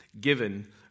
given